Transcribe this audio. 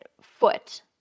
foot